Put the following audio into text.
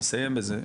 אני אסיים בזה,